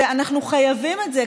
אנחנו חייבים את זה.